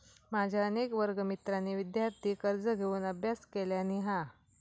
माझ्या अनेक वर्गमित्रांनी विदयार्थी कर्ज घेऊन अभ्यास केलानी हा